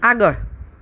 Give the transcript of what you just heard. આગળ